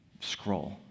scroll